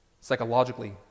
psychologically